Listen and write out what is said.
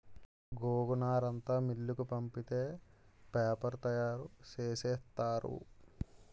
గోగునారంతా మిల్లుకు పంపితే పేపరు తయారు సేసేత్తారు